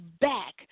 back